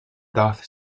darth